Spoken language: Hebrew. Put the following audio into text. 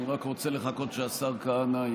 אני רק רוצה לחכות שהשר כהנא ישב.